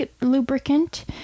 lubricant